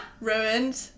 Ruined